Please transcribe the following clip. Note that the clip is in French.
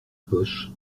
poche